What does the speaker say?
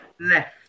left